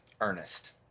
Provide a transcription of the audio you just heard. Ernest